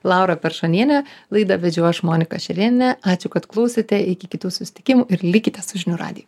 laura peršoniene laidą vedžiau aš monika šerėnienė ačiū kad klausėte iki kitų susitikimų ir likite su žinių radiju